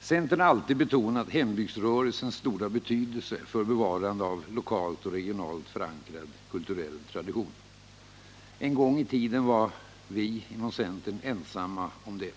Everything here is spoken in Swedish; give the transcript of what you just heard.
Centern har alltid betonat hembygdsrörelsens stora betydelse för bevarandet av lokalt och regionalt förankrad kulturell tradition. En gång i tiden var vi inom centern ensamma om detta.